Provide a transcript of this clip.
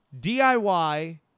DIY